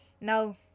No